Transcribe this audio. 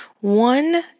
one